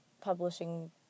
publishing